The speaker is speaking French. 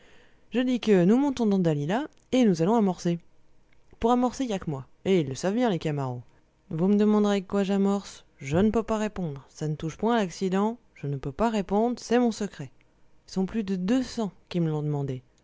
je dis que nous montons dans dalila et nous allons amorcer pour amorcer il n'y a que moi et ils le savent bien les camaraux vous me demanderez avec quoi j'amorce je n'peux pas répondre ça ne touche point à l'accident je ne peux pas répondre c'est mon secret ils sont plus de deux cents qui me l'ont demandé